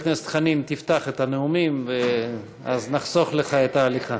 דוד אמסלם, נאוה בוקר,